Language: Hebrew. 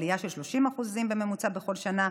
עלייה של 30% בממוצע בכל שנה.